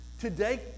Today